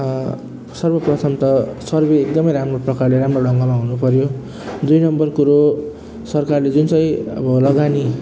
सर्वप्रथम त सर्भे एकदमै राम्रो प्रकारले राम्रो ढङ्गमा हुनु पऱ्यो दुई नम्बर कुरो सरकारले जुन चाहिँ अब लगानी